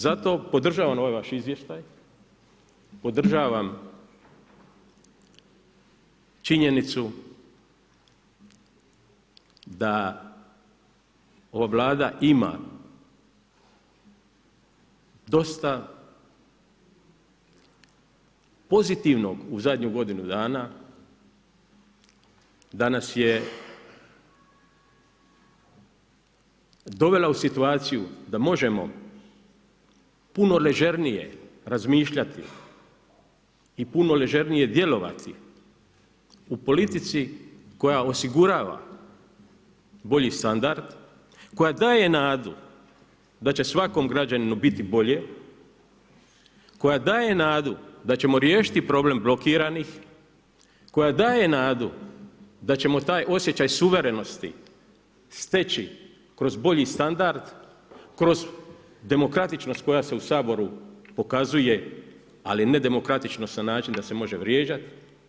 Zato podržavam ovaj vaš izvještaj, podržavam činjenicu da ova Vlada ima dosta pozitivnog u zadnju godinu dana, da nas je dovela u situaciju da možemo puno ležernije razmišljati i puno ležernije djelovati u politici koja osigurava bolji standard, koja daje nadu da će svakom građaninu biti bolje, koja daje nadu da ćemo riješiti problem blokiranih, koja daje nadu da ćemo taj osjećaj suverenosti steći kroz bolji standard, kroz demokratičnost koja se u Saboru pokazuje ali ne demokratičnost na način da e može vrijeđati.